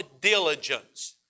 diligence